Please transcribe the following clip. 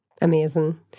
Amazing